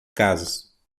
casas